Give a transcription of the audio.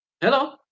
Hello